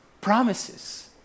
promises